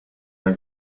when